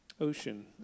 ocean